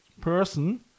person